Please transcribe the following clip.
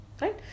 right